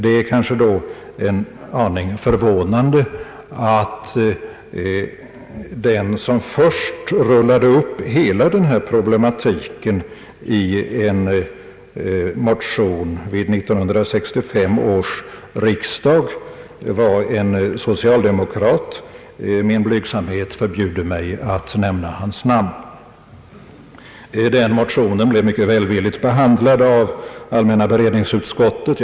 Det är måhända då en aning förvånande att den som först rullade upp hela denna problematik i en motion vid 1965 års riksdag var en socialdemokrat. Min blygsamhet förbjuder mig att nämna hans namn. Motionen blev mycket välvilligt behandlad av allmänna beredningsutskottet.